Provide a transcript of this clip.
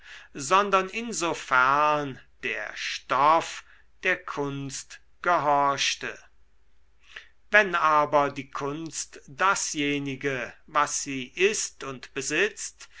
sondern insofern der stoff der kunst gehorchte wenn aber die kunst dasjenige was sie ist und besitzt